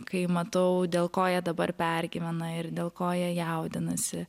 kai matau dėl ko jie dabar pergyvena ir dėl ko jie jaudinasi